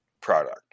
product